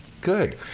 Good